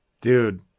Dude